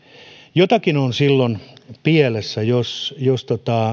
jotakin on silloin pielessä jos jos